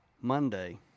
Monday